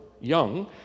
young